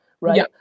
right